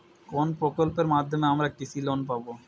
কোন প্রকল্পের মাধ্যমে আমরা কৃষি লোন পাবো?